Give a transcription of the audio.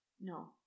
No